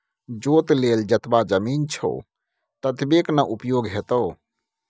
जोत लेल जतबा जमीन छौ ततबेक न उपयोग हेतौ